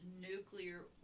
nuclear